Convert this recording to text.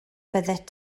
byddet